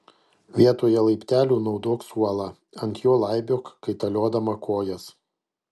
vietoje laiptelių naudok suolą ant jo laipiok kaitaliodama kojas